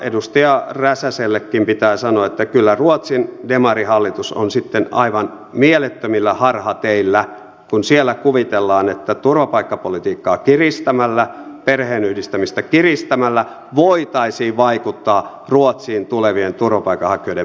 edustaja räsäsellekin pitää sanoa että kyllä ruotsin demarihallitus on sitten aivan mielettömillä harhateillä kun siellä kuvitellaan että turvapaikkapolitiikkaa kiristämällä perheenyhdistämistä kiristämällä voitaisiin vaikuttaa ruotsiin tulevien turvapaikanhakijoiden määrään